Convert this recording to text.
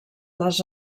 les